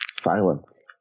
Silence